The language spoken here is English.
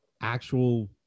actual